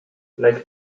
like